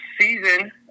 season